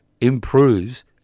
improves